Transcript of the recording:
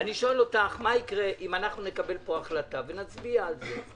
אני שואל אותך מה יקרה אם נקבל פה החלטה ונצביע על זה,